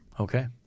Okay